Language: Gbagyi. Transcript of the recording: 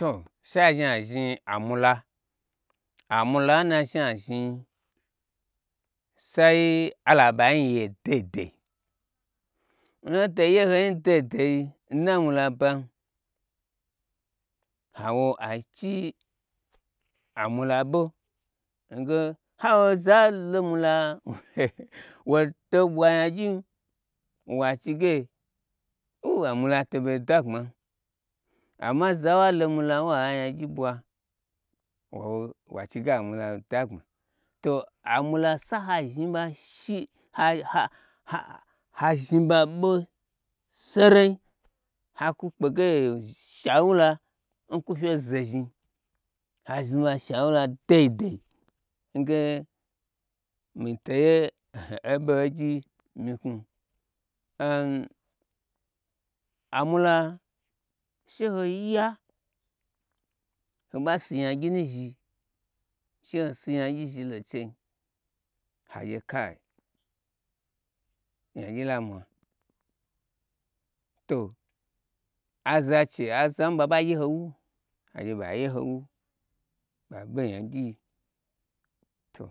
To she azhni azhni amwuda amwula n na zhni azhni sai ala ɓa nyi ye deidei n hoto ye honi deidei n na mwula pa hawo ai chi a mwula ɓo n ha wo zalo mwula woto ɓwa nya gyin mwa chi ge u u amwu la to ɓei dagbmam amma za walo mwula wanya gyi ɓwa wachige amu ula ɓei da gbma to amwula sai ha zhni ɓa shi hazhni ɓa ɓo serenyi hakwo kpege shaula n kwu fye zo zhni hazhni ɓa shaura deidei nge miteye abe aigyi myi knwum amwula she ho ya ho basi nya gyi nu zhi, she ho si nyagyi zhi lo nchei ha gye kai nyagyi lamwa to aza che azan ɓaɓa ye ho wu hagye ɓa yehowu ɓaɓe n nya gyii to